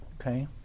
Okay